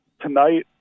tonight